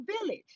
village